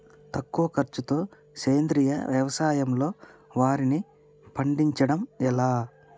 తక్కువ ఖర్చుతో సేంద్రీయ వ్యవసాయంలో వారిని పండించడం ఎలా?